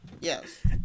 Yes